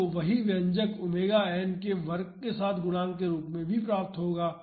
आपको वही व्यंजक ⍵n के वर्ग के साथ गुणांक के रूप में भी प्राप्त होगा